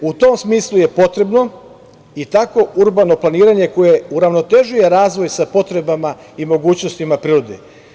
U tom smislu je potrebno i tako urbano planiranje koje uravnotežuje razvoj sa potrebama i mogućnostima prirode.